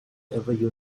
ever